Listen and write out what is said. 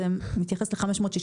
זה מתייחס ל-560.